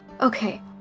Okay